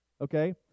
okay